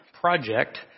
project